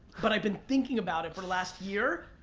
but i've been thinking about it for the last year,